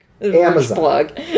Amazon